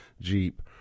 Jeep